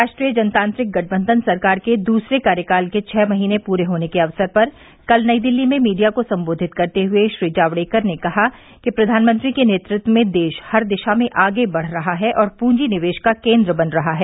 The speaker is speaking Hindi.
राष्ट्रीय जनतांत्रिक गठबंधन सरकार के दूसरे कार्यकाल के छह महीने पूरे होने के अवसर पर कल नई दिल्ली में मीडिया को संबोधित करते हुए श्री जावडेकर ने कहा कि प्रधानमंत्री के नेतृत्व में देश हर दिशा में आगे बढ़ रहा है और पूंजी निवेश का केन्द्र बन रहा है